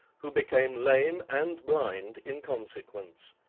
who became lame and blind in consequence.